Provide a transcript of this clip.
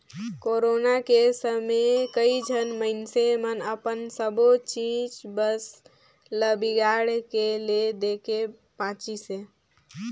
corona के समे कइझन मइनसे मन अपन सबो चीच बस ल बिगाड़ के ले देके बांचिसें